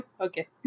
okay